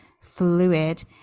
fluid